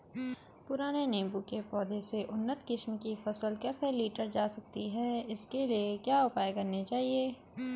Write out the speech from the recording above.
पुराने नीबूं के पौधें से उन्नत किस्म की फसल कैसे लीटर जा सकती है इसके लिए क्या उपाय करने चाहिए?